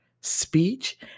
speech